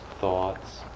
thoughts